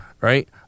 right